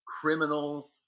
criminal